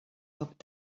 foc